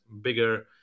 bigger